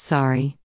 Sorry